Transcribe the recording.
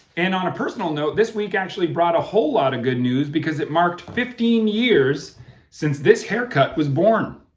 and on a personal note, this week actually brought a whole lot of good news because it marked fifteen years since this haircut was born.